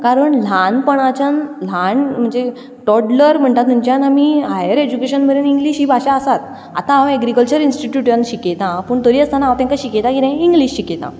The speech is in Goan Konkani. कारण ल्हानपणाच्यान ल्हान म्हणचे टोडलर म्हणटा थंयच्यान आमी हायर एज्युकेशन मेरेन इंग्लीश ही भाशा आसाच आतां हांव एग्रीकलचर इंस्टिट्यूटान शिकयतां पूण तरी आसतना हांव तांकां शिकयता कितें इंग्लीश शिकयतां